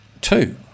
two